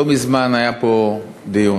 לא מזמן היה פה דיון,